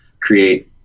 create